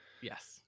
Yes